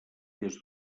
des